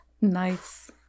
Nice